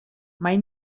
mai